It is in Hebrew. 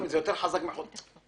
זה יותר חזק מחוזר מנכ"ל.